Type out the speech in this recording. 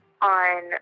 on